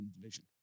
division